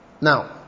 now